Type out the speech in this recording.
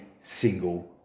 single